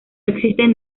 existen